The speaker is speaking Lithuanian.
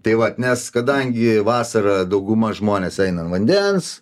tai vat nes kadangi vasarą dauguma žmonės eina an vandens